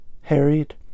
Harried